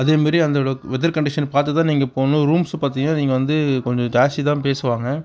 அதே மாதிரி அந்த வெதர் கண்டிஷன் பார்த்து தான் நீங்கள் போகணும் ரூம்ஸ் பார்த்தீங்னா நீங்கள் வந்து கொஞ்சம் ஜாஸ்தி தான் பேசுவாங்க